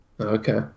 Okay